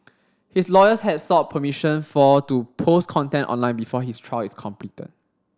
his lawyers had sought permission for to post content online before his trial is completed